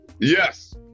Yes